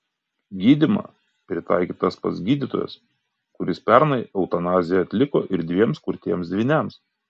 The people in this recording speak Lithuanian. gydymą pritaikė tas pats gydytojas kuris pernai eutanaziją atliko ir dviem kurtiems dvyniams